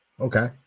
Okay